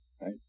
right